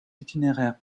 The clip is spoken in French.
itinéraires